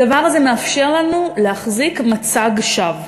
הדבר הזה מאפשר לנו להחזיק מצג שווא